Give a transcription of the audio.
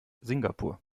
singapur